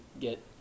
get